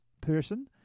person